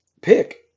pick